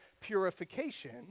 purification